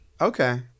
Okay